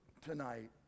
tonight